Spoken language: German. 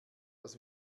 was